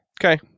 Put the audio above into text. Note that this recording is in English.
okay